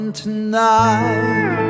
tonight